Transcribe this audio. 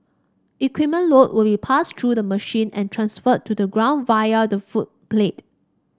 equipment load will be passed through the machine and transferred to the ground via the footplate